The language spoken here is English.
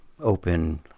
open